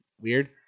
weird